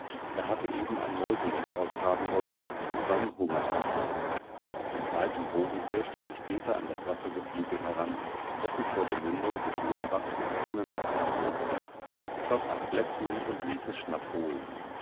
er hatte eben ein mäusenest ausgraben wollen um seinen hunger zu stillen in weitem bogen pirschte sich peter an das wassergeflügel heran das sich vor der mündung des moorbachs im offenen wasser herumtrieb schoß ein bläßhuhn und ließ es schnapp holen